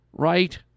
Right